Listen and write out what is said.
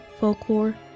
folklore